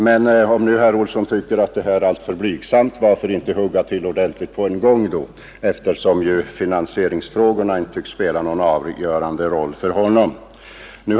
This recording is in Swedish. Men om nu herr Olsson tycker att det här är alltför blygsamt, varför inte hugga till ordentligt på en gång, eftersom finansieringsfrågorna inte tycks spela någon avgörande roll för herr Olsson?